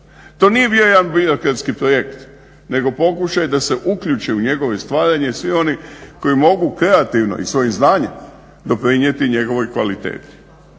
To nije bio jedan birokratski projekt nego pokušaj da se uključe u njegovo stvaranje svi oni koji mogu kreativno i svojim znanjem doprinijeti njegovoj kvaliteti.